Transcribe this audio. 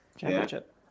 Championship